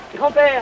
Grand-père